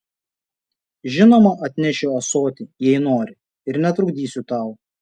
žinoma atnešiu ąsotį jei nori ir netrukdysiu tau